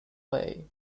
way